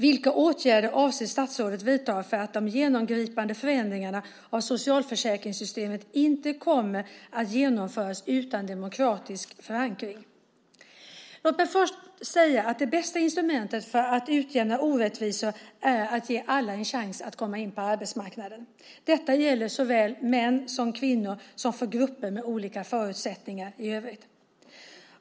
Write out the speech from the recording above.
Vilka åtgärder avser statsrådet att vidta för att de genomgripande förändringarna av socialförsäkringssystemet inte kommer att genomföras utan demokratisk förankring? Låt mig först säga att det bästa instrumentet för att utjämna orättvisor är att ge alla en chans att komma in på arbetsmarknaden. Detta gäller såväl män som kvinnor som för grupper med olika förutsättningar i övrigt.